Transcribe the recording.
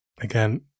again